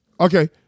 Okay